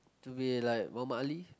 to be like Mohammad-Ali